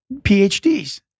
PhDs